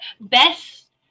Best